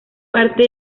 parte